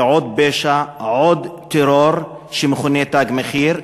זה עוד פשע, עוד טרור שמכונה "תג מחיר".